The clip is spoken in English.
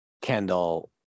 Kendall